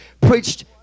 preached